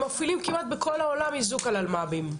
הם מפעילים כמעט בכל העולם איזוק על אלמ"בים,